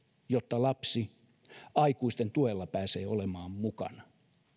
jotta lapsi aikuisten tuella pääsee olemaan mukana